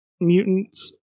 mutants